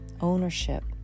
ownership